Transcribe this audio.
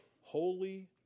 holy